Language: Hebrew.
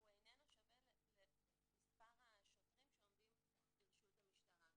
איננו שווה למספר השוטרים שעומדים לרשות המשטרה.